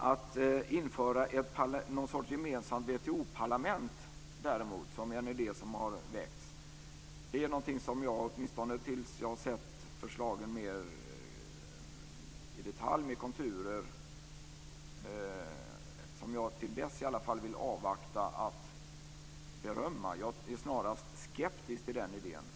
Att införa någon sorts gemensamt WTO parlament, som är en idé som har väckts, är däremot någonting som jag vill avvakta att berömma, åtminstone tills jag har sett förslagen mer i detalj med konturer. Jag är snarast skeptisk till den idén.